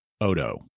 Odo